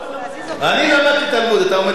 לא מלמדים.